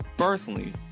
personally